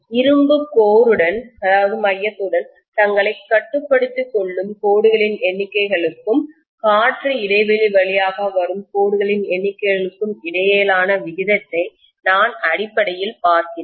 இரும்பு மையத்துடன்கோருடன் தங்களைக் கட்டுப்படுத்திக் கொள்ளும் கோடுகளின் எண்ணிக்கைகளுக்கும் காற்று இடைவெளி வழியாக வரும் கோடுகளின் எண்ணிக்கை களுக்கும் இடையேயான விகிதத்தை நான் அடிப்படையில் பார்க்கிறேன்